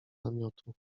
namiotu